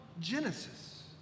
Genesis